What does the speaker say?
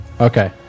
Okay